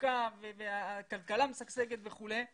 התעסוקה והכלכלה משגשגת וכולי.